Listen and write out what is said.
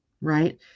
right